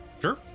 Sure